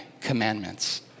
commandments